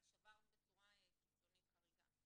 אבל שבר בצורה קיצונית חריגה,